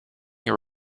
your